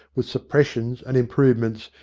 with suppressions and improvements,